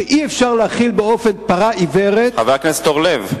שאי-אפשר להחיל באופן "פרה עיוורת" חבר הכנסת אורלב,